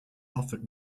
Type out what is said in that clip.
offered